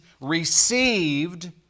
received